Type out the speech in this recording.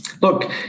Look